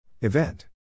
Event